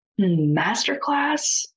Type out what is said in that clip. masterclass